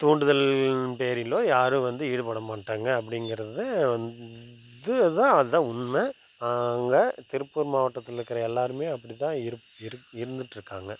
தூண்டுதலின் பேரிலோ யாரும் வந்து ஈடுபட மாட்டாங்க அப்படிங்கிறத வந்து அதுதான் அதுதான் உண்மை அங்கே திருப்பூர் மாவட்டத்தில் இருக்கிற எல்லாருமே அப்படிதான் இருப் இரு இருந்துகிட்ருக்காங்க